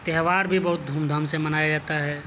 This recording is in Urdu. تہوار بھی بہت دھوم دھام سے منایا جاتا ہے